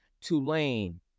Tulane